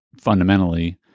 fundamentally